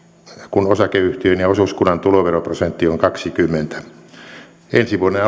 kun osakeyhtiön ja osuuskunnan tuloveroprosentti on kaksikymmentä ensi vuoden